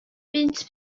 bunt